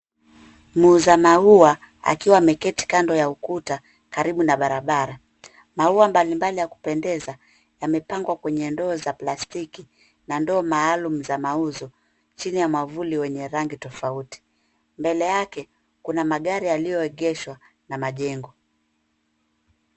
Muuza maua akiwa ameketi kando ya ukuta, karibu na barabara. Maua mbalimbali ya kupendeza yamepangwa kwenye ndoo za plastiki na ndoo maalum za mauzo chini ya mwavuli wenye rangi tofauti. Mbele yake, kuna magari yaliyoegeshwa na majengo.